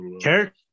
Character